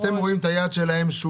אתם רואים את היעד שלהם, של